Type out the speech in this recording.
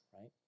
right